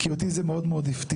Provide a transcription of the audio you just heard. כי אותי זה מאוד מאוד הפתיע.